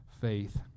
faith